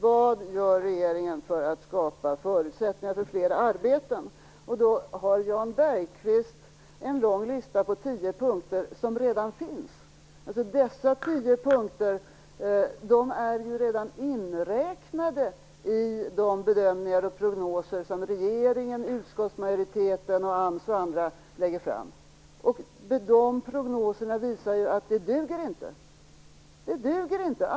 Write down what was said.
Vad gör regeringen för att skapa förutsättningar för fler arbeten? Jan Bergqvist har en lång lista med tio punkter som redan finns. Dessa tio punkter är ju redan inräknade i de bedömningar och prognoser som regeringen, utskottsmajoriteten, AMS och andra lägger fram. Prognoserna visar att detta inte duger. Det duger inte!